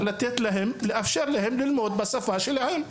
ניתן לאפשר להם ללמוד בשפה שלהם.